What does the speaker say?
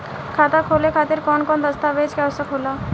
खाता खोले खातिर कौन कौन दस्तावेज के आवश्यक होला?